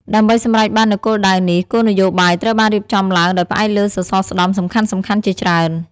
ដើម្បីសម្រេចបាននូវគោលដៅនេះ គោលនយោបាយត្រូវបានរៀបចំឡើងដោយផ្អែកលើសសរស្តម្ភសំខាន់ៗជាច្រើន។